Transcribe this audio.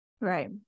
Right